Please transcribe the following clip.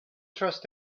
trust